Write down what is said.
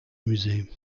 musée